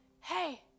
hey